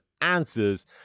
answers